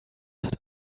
hat